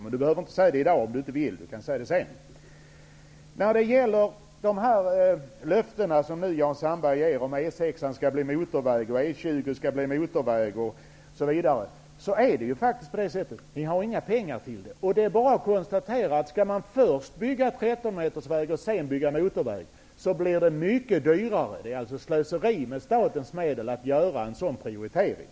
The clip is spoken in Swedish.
Han behöver inte säga det i dag om han inte vill; han kan säga det sedan. När det gäller de löften om att E 6 och E 20 skall bli motorväg osv. som Jan Sandberg ger är det ju faktiskt på det sättet att ni inte har några pengar till det. Det är bara att konstatera att det blir mycket dyrare att först bygga 13-metersväg och sedan motorväg. Det är slöseri med statens medel att göra en sådan prioritering.